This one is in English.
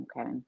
Okay